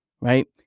Right